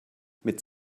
mit